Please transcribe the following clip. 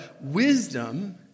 wisdom